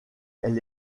elle